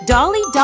Dolly